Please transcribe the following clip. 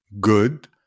good